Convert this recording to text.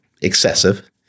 excessive